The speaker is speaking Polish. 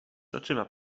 oczyma